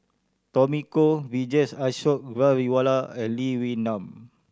Tommy Koh Vijesh Ashok Ghariwala and Lee Wee Nam